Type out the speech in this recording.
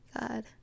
God